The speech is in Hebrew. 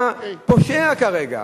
אתה פושע כרגע.